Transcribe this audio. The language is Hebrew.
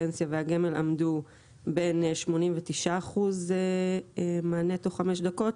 הפנסיה והגמל עמדו בין 89% מענה תוך חמש דקות